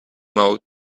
mode